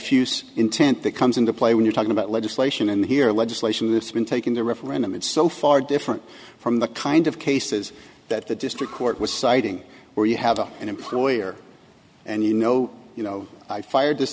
fuse intent that comes into play when you're talking about legislation and here legislation that's been taking the referendum in so far different from the kind of cases that the district court was citing where you have an employer and you know you know i fired this